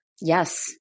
Yes